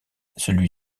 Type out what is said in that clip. celui